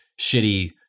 shitty